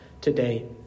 today